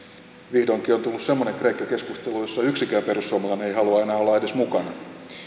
vihdoinkin on tullut semmoinen kreikka keskustelu jossa yksikään perussuomalainen ei halua enää olla edes mukana